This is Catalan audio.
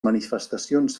manifestacions